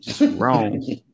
Wrong